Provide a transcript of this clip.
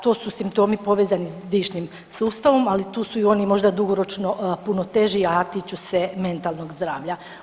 To su simptomi povezani s dišnim sustavom, ali tu i oni dugoročno puno teži, a tiču se mentalnog zdravlja.